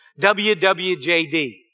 WWJD